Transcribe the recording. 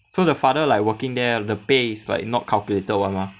so the father like working there the pay is like not calculator [one] mah